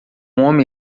homem